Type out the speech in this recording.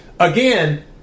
Again